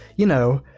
you know,